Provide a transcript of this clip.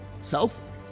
self